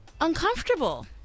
uncomfortable